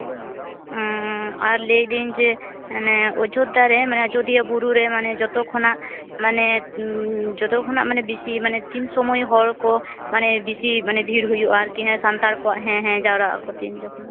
ᱟᱨ ᱞᱟᱹᱭᱫᱤᱧ ᱡᱮ ᱢᱟᱱᱮ ᱚᱡᱳᱫᱽᱫᱷᱟ ᱨᱮ ᱢᱟᱱᱮ ᱟᱡᱚᱫᱤᱭᱟᱹ ᱵᱩᱨᱩ ᱨᱮ ᱡᱚᱛᱚ ᱠᱷᱚᱱᱟᱜ ᱢᱟᱱᱮ ᱡᱚᱛᱚ ᱠᱷᱚᱱᱟᱜ ᱢᱟᱱᱮ ᱵᱮᱥᱤ ᱛᱤᱱ ᱥᱚᱢᱚᱭ ᱦᱚᱲ ᱠᱚ ᱢᱟᱱᱮ ᱵᱮᱥᱤ ᱵᱷᱤᱲ ᱦᱩᱭᱩᱜᱼᱟ ᱟᱨᱠᱤ ᱦᱮᱸ ᱥᱟᱱᱛᱟᱲ ᱠᱚᱣᱟᱜ ᱦᱮᱸ ᱦᱮᱸ ᱡᱟᱣᱨᱟᱜ ᱟᱠᱚ ᱛᱤᱱ ᱡᱚᱠᱷᱚᱱ